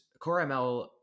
CoreML